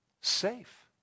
Safe